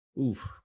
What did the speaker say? Oof